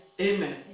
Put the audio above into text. Amen